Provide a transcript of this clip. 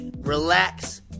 relax